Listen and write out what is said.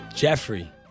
Jeffrey